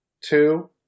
Two